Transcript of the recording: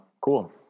Cool